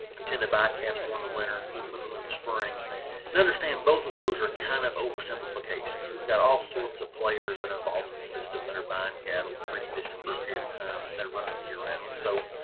who tend to buy calves more in the winter and move them in the spring and understand both of those are kind of over simplifications we've got all sorts of players that are involved in the system that are buying cattle and preconditioning for a period of time and they're running year-round. so,